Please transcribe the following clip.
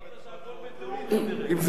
אם זה לא היה ברור למישהו.